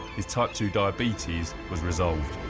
his type two diabetes was resolved.